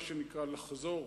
מה שנקרא לחזור,